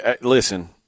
Listen